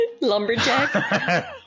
Lumberjack